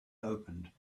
opened